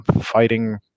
fighting